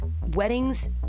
weddings